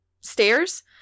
stairs